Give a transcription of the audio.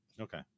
Okay